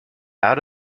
out